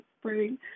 Spring